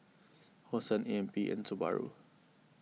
Hosen A M P and Subaru